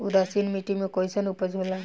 उदासीन मिट्टी में कईसन उपज होला?